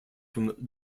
from